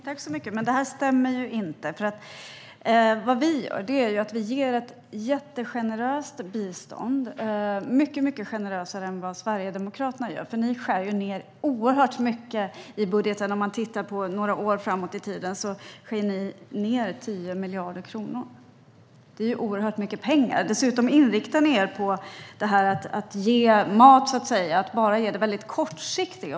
Herr talman! Det här stämmer inte. Vi ger ett jättegeneröst bistånd. Det är mycket generösare än det Sverigedemokraterna ger. Ni skär ju ned oerhört mycket i budgeten - 10 miljarder kronor - om man ser några år framåt i tiden. Det är väldigt mycket pengar. Dessutom inriktar ni er på att ge mat och att bara ge det kortsiktiga.